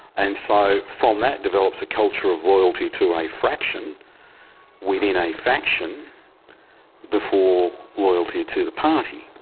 and so from that develops a culture of loyalty to a fraction within a faction before loyalty to the party.